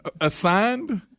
Assigned